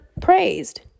praised